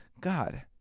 God